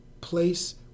place